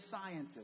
scientists